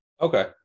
Okay